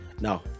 Now